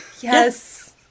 Yes